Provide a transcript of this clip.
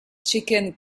chicken